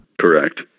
Correct